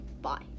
bye